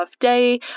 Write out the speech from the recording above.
day